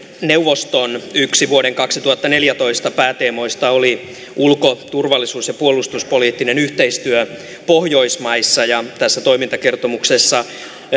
neuvoston yksi vuoden kaksituhattaneljätoista pääteemoista oli ulko turvallisuus ja puolustuspoliittinen yhteistyö pohjoismaissa tässä toimintakertomuksessa